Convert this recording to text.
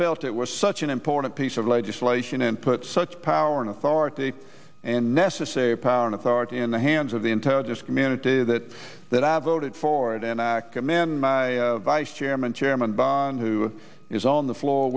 feldt it was such an important piece of legislation and put such power and authority and necessary power and authority in the hands of the intelligence community that that i voted for it and man vice chairman chairman bond who is on the floor